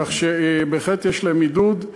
כך שבהחלט יש להם עידוד.